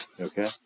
okay